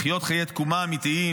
לחיות חיי תקומה אמיתיים,